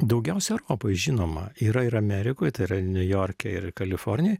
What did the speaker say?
daugiausia europoj žinoma yra ir amerikoj tai yra niujorke ir kalifornijoj